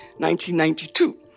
1992